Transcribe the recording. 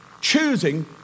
choosing